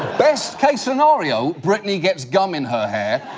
best-case scenario brittany gets gum in her hair.